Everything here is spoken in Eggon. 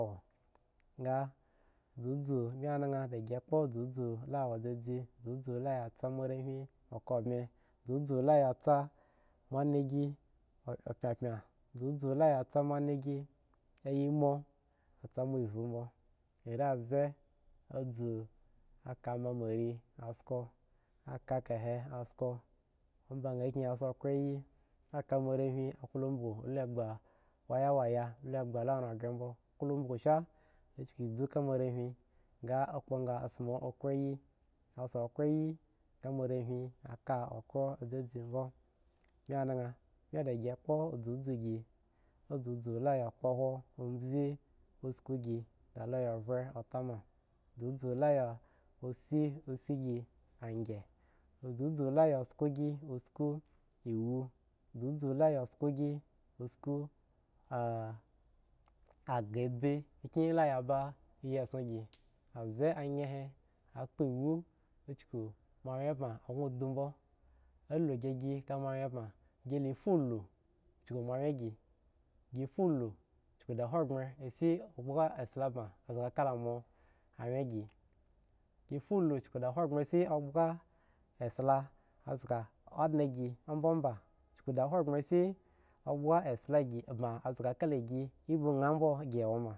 Ga zuzu me anana gi kpo zuzu zemen zuzu sa mo rewhi aya ka pye uzu ya ba monicya zu pye pye sa moniky ayi mo se fve bmo are abze azu mo re asko aka more asko aka morewhi a klo ombogo a luagbe waya waya la orar g bow klo ombogo sha a ku buzus ka ma rebuchi a sama a kua agi ga morewhi a ka oko zeze bmo ari anan mi gi kpo zazu gi zuzu gi la asko a zu zezen a gi zuzu la sko ku sko aga abi kye ya ba abze ayen he lulu kuk ma anwyen bag ghon do bmo alo bi gi te manwyen bag ghon do bmo alo gi gi ta maanwyen bag gi foola kuk maanwyen bi gi fodo kuk ahangbre she ebaga sla ba zu ka lo mo anuye agi gi foda kuk ohangbre sla zga anden agi omba ba kuk da danghren sla zga a ebu gi wowo.